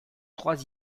trois